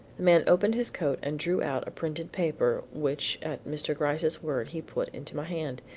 the man opened his coat and drew out a printed paper which at mr. gryce's word he put into my hand.